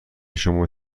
شما